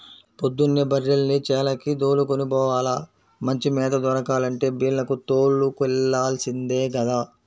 పొద్దున్నే బర్రెల్ని చేలకి దోలుకొని పోవాల, మంచి మేత దొరకాలంటే బీల్లకు తోలుకెల్లాల్సిందే గదా